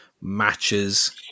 matches